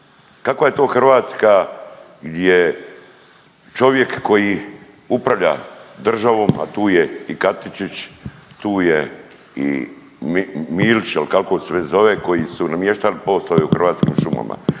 Kakva je to Hrvatska gdje čovjek koji upravlja državom, a tu je i Katičić, tu je i Milić ili kako se već zove koji su namještali poslove u Hrvatskim šumama?